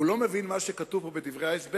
הוא לא מבין מה שכתוב פה בדברי ההסבר?